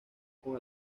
con